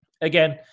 again